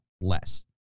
less